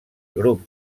grups